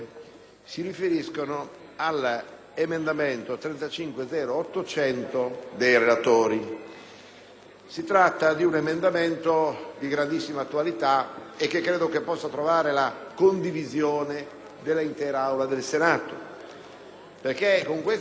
Si tratta di un emendamento di grandissima attualità che credo possa trovare la condivisione dell'intera Aula del Senato. Con questo emendamento i relatori propongono che i soggetti vittime dei reati di violenza sessuale,